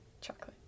Chocolate